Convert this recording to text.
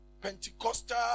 Pentecostal